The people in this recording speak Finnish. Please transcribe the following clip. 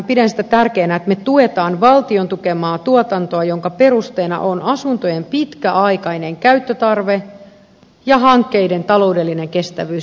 pidän tärkeänä että me tuemme valtion tukemaa tuotantoa jonka perusteina ovat asuntojen pitkäaikainen käyttötarve ja hankkeiden taloudellinen kestävyys